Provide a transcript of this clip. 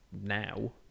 now